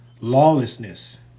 lawlessness